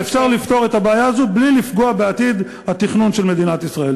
ואפשר לפתור את הבעיה הזאת בלי לפגוע בעתיד התכנון של מדינת ישראל.